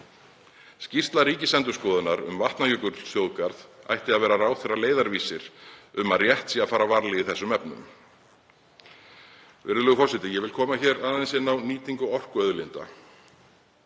Skýrsla Ríkisendurskoðunar um Vatnajökulsþjóðgarð ætti að vera ráðherra leiðarvísir um að rétt sé að fara varlega í þessum efnum. Virðulegur forseti. Ég vil koma aðeins inn á nýtingu orkuauðlinda.